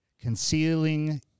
concealing